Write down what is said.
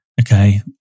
okay